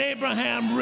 Abraham